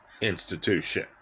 institution